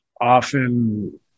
often –